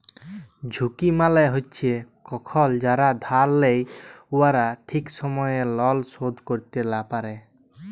ঝুঁকি মালে হছে কখল যারা ধার লেই উয়ারা ঠিক সময়ে লল শোধ ক্যইরতে লা পারে